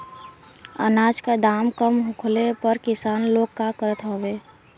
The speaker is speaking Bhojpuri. अनाज क दाम कम होखले पर किसान लोग का करत हवे?